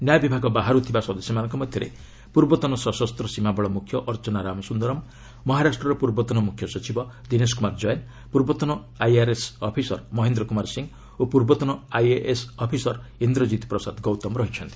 ନ୍ୟାୟ ବିଭାଗ ବାହାରୁ ଥିବା ସଦସ୍ୟମାନଙ୍କ ମଧ୍ୟରେ ପୂର୍ବତନ ସଶସ୍ତ ସୀମାବଳ ମୁଖ୍ୟ ଅର୍ଚ୍ଚନା ରାମସୁନ୍ଦରମ୍ ମହାରାଷ୍ଟ୍ରର ପୂର୍ବତନ ମୁଖ୍ୟସଚିବ ଦିନେଶ କୁମାର ଜୈନ ପୂବର୍ତନ ଆଇଆର୍ଏସ୍ ଅଫିସର ମହେନ୍ଦ୍ର କୁମାର ସିଂ ଓ ପୂର୍ବତନ ଆଇଏଏସ୍ ଅଫିସର ଇନ୍ଦ୍ରଜିତ ପ୍ରସାଦ ଗୌତମ ଅଛନ୍ତି